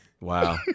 Wow